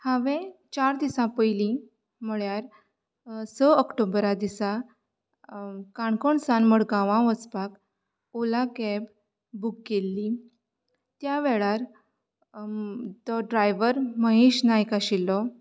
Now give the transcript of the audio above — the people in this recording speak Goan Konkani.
हांवें चार दिसा पयलीं म्हळ्यार स ऑक्टोबरा दिसा काणकोण सान मडगांवा वसपाक ओला कॅब बूक केल्ली त्या वेळार तो ड्रायवर महेश नायक आशिल्लो